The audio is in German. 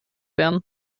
werden